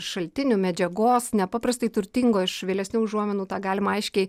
šaltinių medžiagos nepaprastai turtingo iš vėlesnių užuominų tą galima aiškiai